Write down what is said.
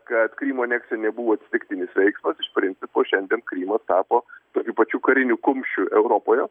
kad krymo aneksija nebuvo atsitiktinis veiksmas iš principo šiandien krymas tapo tokiu pačiu kariniu kumščiu europoje